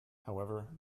however